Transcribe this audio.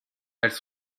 elles